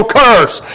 curse